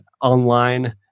online